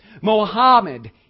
Mohammed